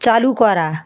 চালু করা